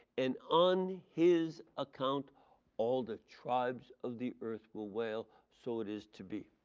and on his account all the tribes of the earth will wail. so it is to be.